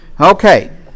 Okay